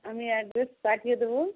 আমি অ্যাড্রেস পাঠিয়ে দেবো